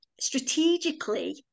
strategically